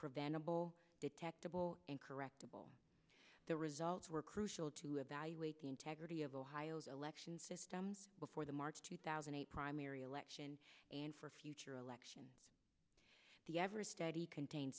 preventable detectable and correctable the results were crucial to evaluate the integrity of ohio's election system before the march two thousand and eight primary election and for future election the every study contain